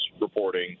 reporting